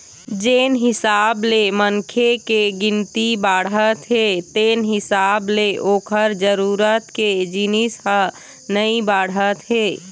जेन हिसाब ले मनखे के गिनती बाढ़त हे तेन हिसाब ले ओखर जरूरत के जिनिस ह नइ बाढ़त हे